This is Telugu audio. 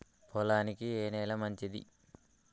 పొలానికి ఏ నేల మంచిది?